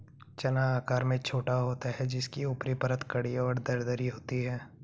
चना आकार में छोटा होता है जिसकी ऊपरी परत कड़ी और दरदरी होती है